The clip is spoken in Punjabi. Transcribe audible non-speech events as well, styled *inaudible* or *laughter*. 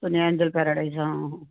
*unintelligible* ਜਲ ਪੈਰਾਡਾਈਜ਼ ਹਾਂ ਹਾਂ